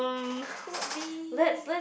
could be